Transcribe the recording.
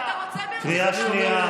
קריאה שנייה.